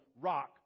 rock